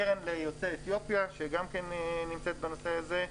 קרן ליוצאי אתיופיה גם נמצאת בנושא הזה.